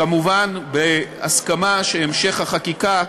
כמובן בהסכמה שהמשך החקיקה,